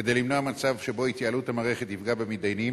כדי למנוע מצב שבו התייעלות המערכת תפגע במתדיינים,